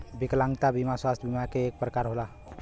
विकलागंता बिमा स्वास्थ बिमा के एक परकार होला